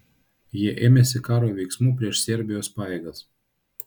jie ėmėsi karo veiksmų prieš serbijos pajėgas